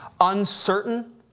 uncertain